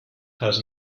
has